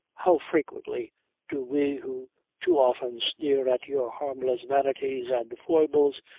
how frequently do we who too often sneer at your harmless vanities and foibles,